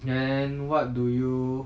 then what do you